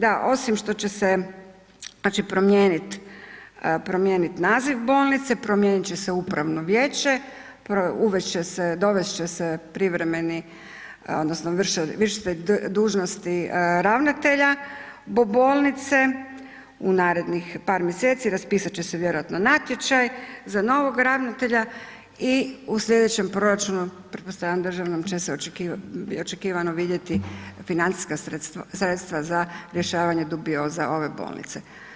Da, osim što će se promijeniti naziv bolnice, promijenit će se upravno vijeće, dovest će se privremeni vršitelj dužnosti ravnatelja bolnice u narednih par mjeseci raspisat će se vjerojatno natječaj za novog ravnatelji i u sljedećem proračunu pretpostavljam državnom će se očekivano vidjeti financijska sredstva za rješavanje dubioza ove bolnice.